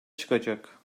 çıkacak